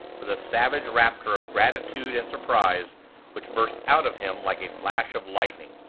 with a savage rapture of gratitude and surprise which burst out of him like a flash of lightning.